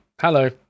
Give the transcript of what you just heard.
Hello